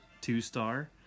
two-star